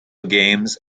games